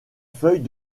feuilles